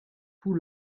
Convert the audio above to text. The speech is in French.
tout